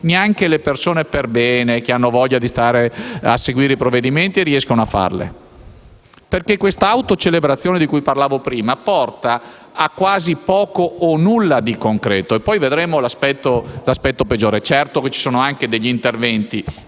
neanche le persone per bene che hanno voglia di seguire i provvedimenti riescono a farle. Infatti, l'autocelebrazione di cui parlavo prima porta a poco o quasi nulla di concreto e poi vedremo l'aspetto peggiore. Certo ci sono anche degli interventi.